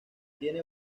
tiene